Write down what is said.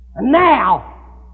Now